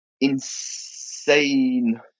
insane